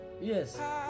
Yes